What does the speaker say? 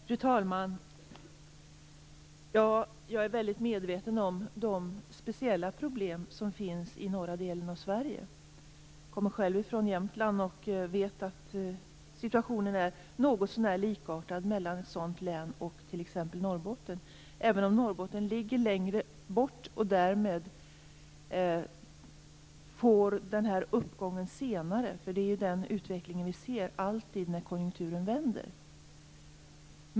Fru talman! Jag är väl medveten om de speciella problem som finns i norra delen av Sverige. Jag kommer själv från Jämtland och jag vet att situationen är något så när likartad mellan ett sådant län och t.ex. Norrbotten, även om Norrbotten ligger längre bort och därmed får del av uppgången senare. Det är ju den utveckling som vi alltid ser när konjunkturen vänder.